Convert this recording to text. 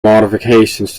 modifications